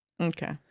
Okay